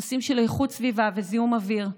נושאים של איכות סביבה וזיהום אוויר.